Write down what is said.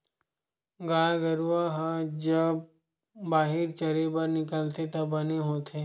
गाय गरूवा ह जब बाहिर चरे बर निकलथे त बने होथे